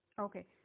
Okay